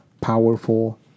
powerful